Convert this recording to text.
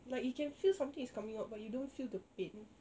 like you can feel something is coming out but you don't feel the pain